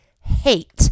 hate